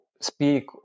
speak